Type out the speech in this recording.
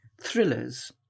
Thrillers